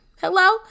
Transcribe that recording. Hello